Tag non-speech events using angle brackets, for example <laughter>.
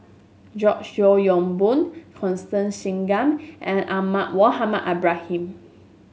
George Yeo Yong Boon Constance Singam and Ahmad Mohamed Ibrahim <noise>